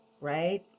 right